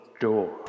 door